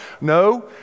no